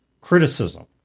criticism